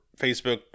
Facebook